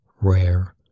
rare